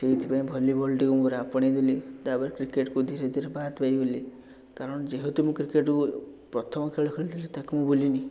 ସେଇଥିପାଇଁ ଭଲି ବଲ୍ଟିକୁ ମୋର ଆପଣେଇ ନେଲି ତା'ପରେ କ୍ରିକେଟକୁ ଧୀରେ ଧୀରେ ବାଦ୍ ପାଇଗଲି କାରଣ ଯେହେତୁ ମୁଁ କ୍ରିକେଟ୍କୁ ପ୍ରଥମ ଖେଳ ଖେଳିଥିଲି ତାକୁ ମୁଁ ଭୁଲିନି